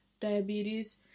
diabetes